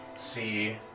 See